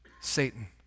Satan